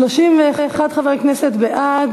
31 חברי כנסת בעד,